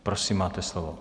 Prosím, máte slovo.